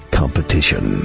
competition